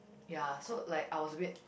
ya so like I was a bit